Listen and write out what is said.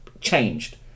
changed